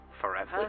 Forever